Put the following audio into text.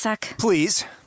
Please